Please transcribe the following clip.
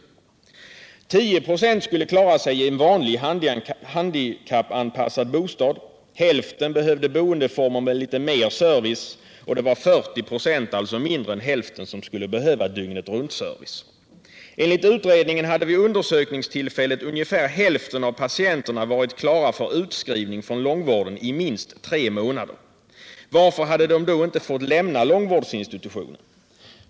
10 96 skulle klara sig i en vanlig handikappanpassad bostad. Ca hälften behövde boendeformer med litet mer service. 41 96, alltså mindre än hälften, skulle behöva dygnetruntservice. Enligt utredningen hade vid undersökningstillfället ungefär hälften av patienterna varit klara för utskrivning från långvården i minst tre månader. Varför hade de då inte fått lämna långvårdsinstitutionen?